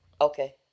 Okay